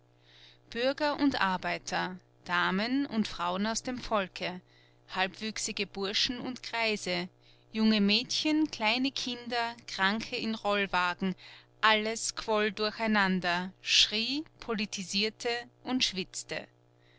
bürger und arbeiter damen und frauen aus dem volke halbwüchsige burschen und greise junge mädchen kleine kinder kranke in rollwagen alles quoll durcheinander schrie politisierte und schwitzte